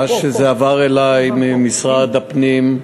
מאז שזה עבר אלי ממשרד הפנים,